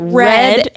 red